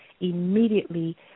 immediately